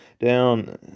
down